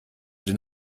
den